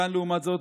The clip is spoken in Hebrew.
כאן, לעומת זאת,